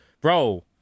bro